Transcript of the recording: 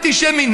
אנטישמי,